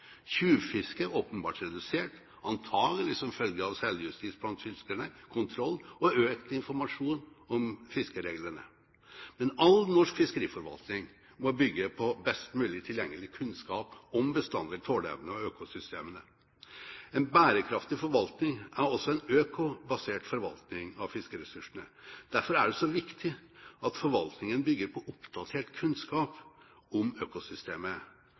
er åpenbart redusert, antakelig som følge av selvjustis blant fiskerne, kontroll og økt informasjon om fiskereglene. All norsk fiskeriforvaltning må bygge på best mulig tilgjengelig kunnskap om bestanders tåleevne og økosystemene. En bærekraftig forvaltning er også en økobasert forvaltning av fiskeressursene. Derfor er det så viktig at forvaltningen bygger på oppdatert kunnskap om økosystemet.